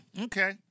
Okay